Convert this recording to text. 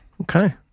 Okay